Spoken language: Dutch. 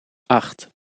acht